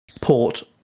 port